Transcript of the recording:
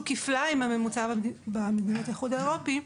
כפליים מן הממוצע במדינות האיחוד האירופי,